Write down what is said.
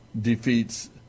defeats